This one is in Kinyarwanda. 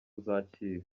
zakira